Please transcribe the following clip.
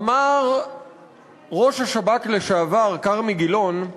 אמר ראש השב"כ לשעבר כרמי גילון,